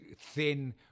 thin